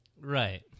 Right